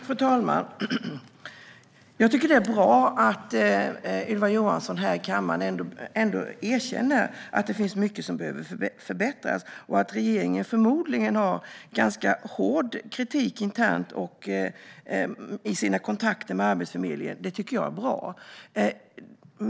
Fru talman! Jag tycker att det är bra att Ylva Johansson här i kammaren ändå erkänner att det finns mycket som behöver förbättras och att regeringen förmodligen har ganska hård kritik internt och i sina kontakter med Arbetsförmedlingen.